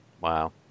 Wow